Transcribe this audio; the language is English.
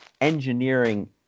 engineering